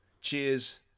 Cheers